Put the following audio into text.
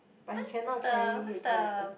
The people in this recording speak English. but he cannot carry heavy items